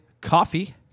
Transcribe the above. coffee